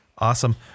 Awesome